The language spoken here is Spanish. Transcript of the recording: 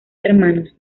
hermanos